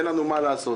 אין לנו מה לעשות.